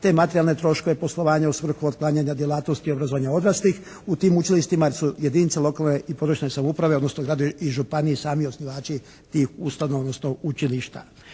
te materijalne troškove poslovanja u svrhu otklanjanja djelatnosti i obrazovanja odraslih. U tim učilištima su jedinice lokalne i područne samouprave, odnosno gradovi i županije sami osnivači tih ustanova, odnosno učilišta.